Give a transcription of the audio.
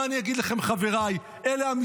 מה אני אגיד לכם, חבריי?